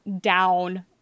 down